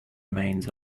remains